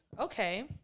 Okay